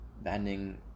Banning